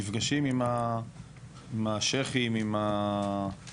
נפגעים עם השייח'ים, עם המוכתרים,